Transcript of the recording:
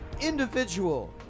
individual